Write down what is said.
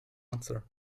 answer